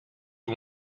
you